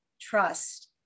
trust